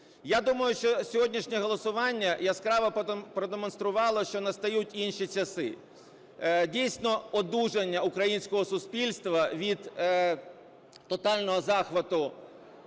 Я думаю, що сьогоднішнє голосування яскраво продемонструвало, що настають інші часи, дійсно, одужання українського суспільства від тотального захвату